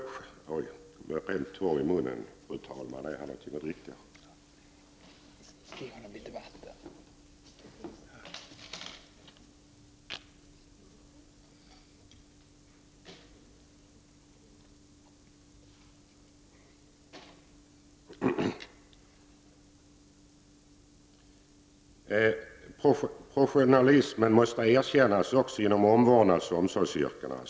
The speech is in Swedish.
Professionalismen måste erkännas också inom omvårdnadsoch omsorgsyrkena.